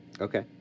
Okay